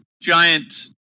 giant